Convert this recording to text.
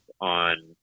on